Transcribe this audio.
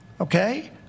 okay